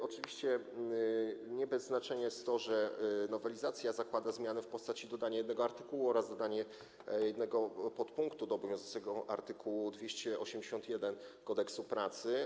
Oczywiście nie bez znaczenia jest to, że nowelizacja zakłada zmianę w postaci dodania jednego artykułu oraz dodania jednego punktu do obowiązującego art. 281 Kodeksu pracy.